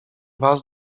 was